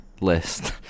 list